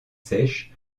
sèches